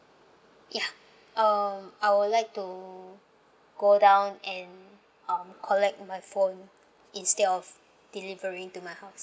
ya um I would like to go down and um collect my phone instead of delivery to my house